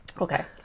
Okay